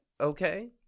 okay